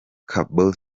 cabo